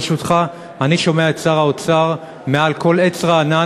ברשותך: אני שומע את שר האוצר מעל כל עץ רענן